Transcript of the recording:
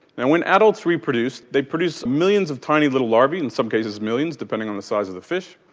now when adults reproduce they produce millions of tiny little larvae, in some cases millions depending on the size of the fish.